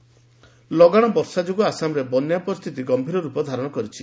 Assam flood ଲଗାଣ ବର୍ଷା ଯୋଗୁଁ ଆସାମରେ ବନ୍ୟା ପରିସ୍ଥିତି ଗନ୍ଠୀର ରୂପ ଧାରଣ କରିଛି